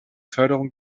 förderung